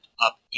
up